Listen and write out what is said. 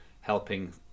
helping